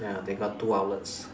ya they got two outlets